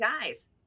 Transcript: guys